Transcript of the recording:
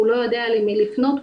הוא לא יודע למי לפנות,